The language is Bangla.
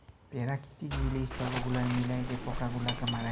পেরাকিতিক জিলিস ছব গুলাল মিলায় যে পকা গুলালকে মারে